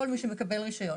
כל מי שמקבל רישיון.